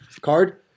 card